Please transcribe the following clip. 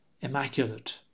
immaculate